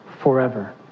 forever